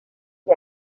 qui